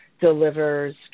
delivers